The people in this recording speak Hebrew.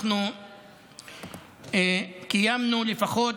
אנחנו קיימנו לפחות